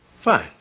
Fine